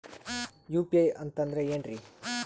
UPI ಅಂತಂದ್ರೆ ಏನ್ರೀ?